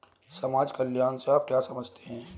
समाज कल्याण से आप क्या समझते हैं?